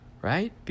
right